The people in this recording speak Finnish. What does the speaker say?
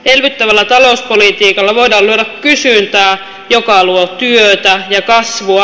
elvyttävällä talouspolitiikalla voidaan luoda kysyntää joka luo työtä ja kasvua